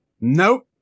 nope